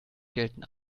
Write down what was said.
gelten